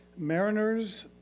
mariners,